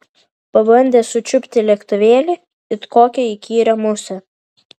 pabandė sučiupti lėktuvėlį it kokią įkyrią musę